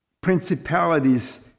principalities